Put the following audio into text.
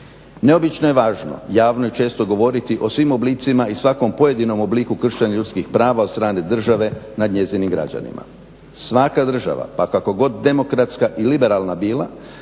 Neobično je važno javno i često govoriti o svim oblicima i svakom pojedinom obliku kršenja ljudskih prava od strane države nad njezinim građanima. Svaka država pa kako god demokratska i liberalna bila,